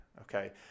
okay